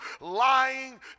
lying